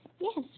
Yes